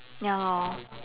ya lor